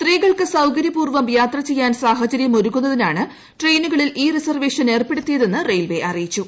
സ്ത്രീകൾക്ക് സൌകര്യപൂർവ്വം യാത്ര ചെയ്യാൻ സാഹചര്യം ഒരുക്കുന്നതിനാണ് ട്രെയിനുകളിൽ ഈ റിസർവേഷൻ ഏർപ്പെടുത്തിയതെന്ന് റെയിൽവെ അറിയിച്ചു